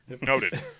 Noted